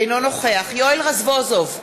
אינו נוכח יואל רזבוזוב,